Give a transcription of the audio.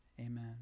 Amen